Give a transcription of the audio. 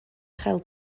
chael